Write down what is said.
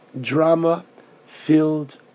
drama-filled